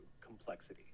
complexity